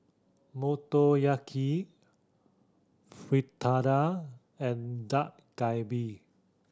Motoyaki Fritada and Dak Galbi